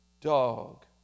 dog